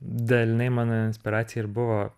dalinai mano inspiracija ir buvo